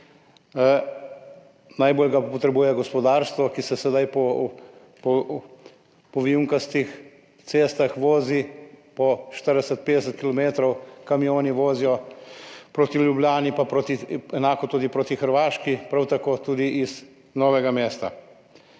Najbolj ga potrebuje gospodarstvo, ki se sedaj po vijugastih cestah vozi po 40, 50 kilometrov, kamioni vozijo proti Ljubljani, enako tudi proti Hrvaški, prav tako tudi iz Novega mesta.